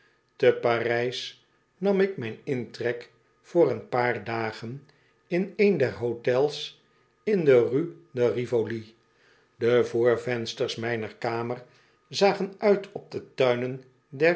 te parijs nam ik mijn intrek voor een paar dagen in een der hotels in de rue de rivoli de voor vensters mijner kamer zagen uit op de tuinen